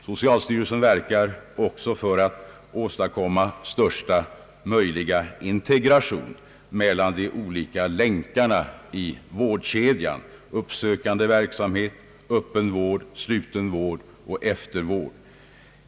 Socialstyrelsen verkar även för att åstadkomma största möjliga integration mellan de olika länkarna i vårdkedjan: uppsökande verksamhet, öppen vård, sluten vård och eftervård.